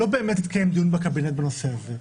לא באמת התקיים דיון בקבינט בנושא הזה,